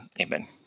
Amen